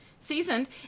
seasoned